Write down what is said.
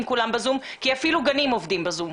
כולם ב-זום כי אפילו גני הילדים עובדים ב-זום.